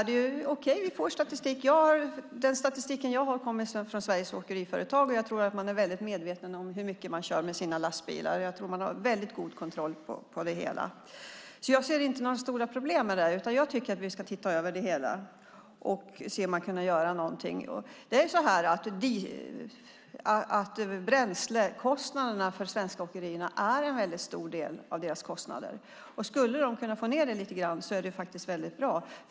Den statistik jag har kommer från Sveriges åkeriföretag, och jag tror att man är väldigt medveten om hur mycket man kör med sina lastbilar. Jag tror att man har god kontroll på det hela. Jag ser alltså inga stora problem med detta, utan jag tycker att vi ska titta över det och se om man kan göra någonting. Bränslekostnaderna för svenska åkerier är en väldigt stor del av deras kostnader, och skulle de kunna få ned dem lite grann vore det väldigt bra.